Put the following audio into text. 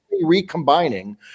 recombining